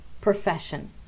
profession